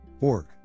org